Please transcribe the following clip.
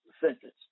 sentence